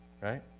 right